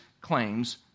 claims